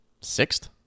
sixth